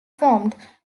formed